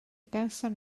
gawson